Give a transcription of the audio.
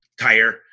tire